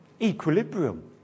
equilibrium